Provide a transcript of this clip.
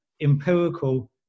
empirical